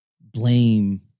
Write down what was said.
blame